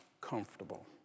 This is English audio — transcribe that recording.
comfortable